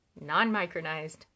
non-micronized